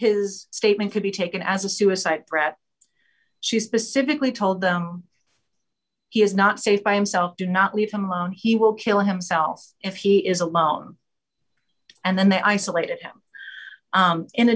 his statement could be taken as a suicide threat she specifically told them he is not safe by himself do not leave him alone he will kill himself if he is alone and then they isolate him